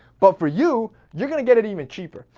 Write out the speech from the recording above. but for you, you're gonna get it even cheaper.